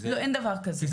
כי זה נוגד,